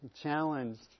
challenged